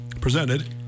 presented